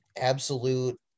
absolute